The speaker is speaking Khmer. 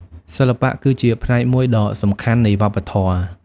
សិល្បៈគឺជាផ្នែកមួយដ៏សំខាន់នៃវប្បធម៌។